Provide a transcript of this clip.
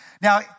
Now